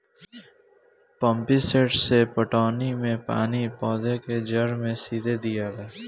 pump set से पटौनी मे पानी पौधा के जड़ मे सीधे दियाला